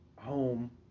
home